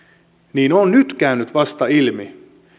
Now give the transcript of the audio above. niin on vasta nyt käynyt ilmi